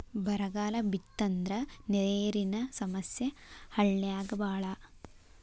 ಬರಗಾಲ ಬಿತ್ತಂದ್ರ ನೇರಿನ ಸಮಸ್ಯೆ ಹಳ್ಳ್ಯಾಗ ಬಾಳ